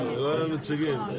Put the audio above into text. לא היו לנו נציגים.